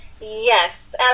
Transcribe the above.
Yes